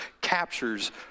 captures